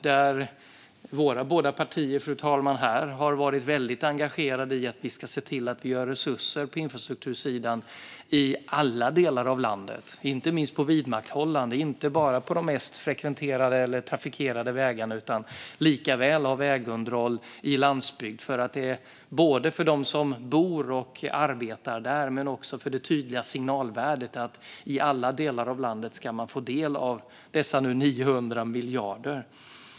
Där har våra båda partier varit väldigt engagerade i att se till att ge resurser till infrastruktursidan i alla delar av landet. Det gäller inte minst för ett vidmakthållande, och inte bara av de mest frekventerade eller trafikerade vägarna utan likaväl av vägunderhållet på landsbygden. Det här handlar både om dem som bor och arbetar där och om det tydliga signalvärdet i att man i alla delar av landet ska få del av dessa 900 miljarder.